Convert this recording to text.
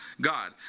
God